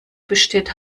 besteht